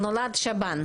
נולד שב"ן,